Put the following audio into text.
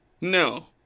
No